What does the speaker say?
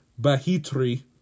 Bahitri